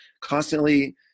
constantly